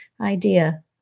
idea